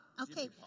Okay